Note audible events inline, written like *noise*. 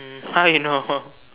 um how you know *laughs*